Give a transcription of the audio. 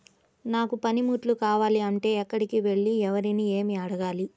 నాకు పనిముట్లు కావాలి అంటే ఎక్కడికి వెళ్లి ఎవరిని ఏమి అడగాలి?